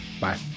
bye